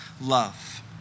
love